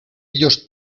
ellos